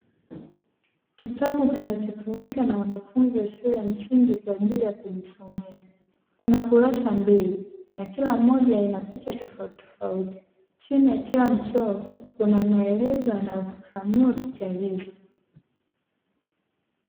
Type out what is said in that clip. Kitabu kinachotumika na wanafunzi wa shule ya msingi kwa ajili ya kujisomea, kuna kurasa mbili na kila mmoja ina picha tofauti tofauti chini ya kila mchoro kuna maelezo yanayofafanua picha hizo.